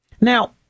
Now